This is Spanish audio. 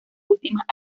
últimas